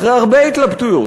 אחרי הרבה התלבטויות,